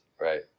Right